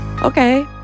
okay